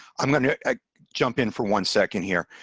i'm going to jump in for one second here.